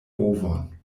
movon